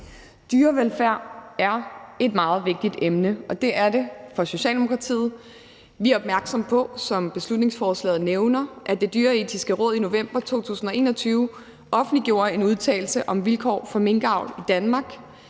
Dyrevelfærd er et meget vigtigt emne, og det er det for Socialdemokratiet. Vi er opmærksomme på, som beslutningsforslaget nævner, at Det Dyreetiske Råd i november 2021 offentliggjorde en udtalelse om vilkår for minkavl i Danmark.